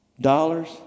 dollars